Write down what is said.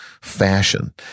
fashion